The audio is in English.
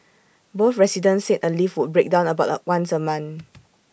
both residents said A lift would break down about once A month